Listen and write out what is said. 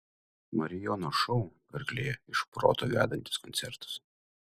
marijono šou karklėje iš proto vedantis koncertas